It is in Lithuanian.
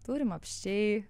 turim apsčiai